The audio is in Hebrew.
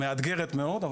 מאתגרת מאוד,